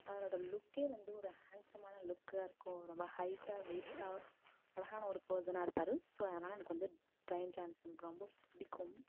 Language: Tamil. அவரோட லுக்கே வந்து ஒரு ஹான்ட்சமான லுக்காக இருக்கும் ரொம்ப ஹைட்டாக வெய்ட்டாக அழகான ஒரு பர்சனாக இருப்பார் ஸோ அதனால எனக்கு வந்து டுவைன் ஜான்சன் ரொம்ப பிடிக்கும்